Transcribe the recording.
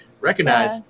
recognize